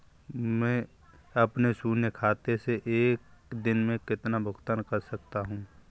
मैं अपने शून्य खाते से एक दिन में कितना भुगतान कर सकता हूँ?